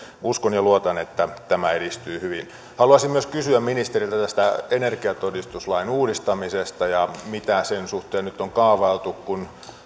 uskon ja luotan että tämä edistyy hyvin haluaisin myös kysyä ministeriltä tästä energiatodistuslain uudistamisesta ja siitä mitä sen suhteen nyt on kaavailtu kun